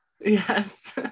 Yes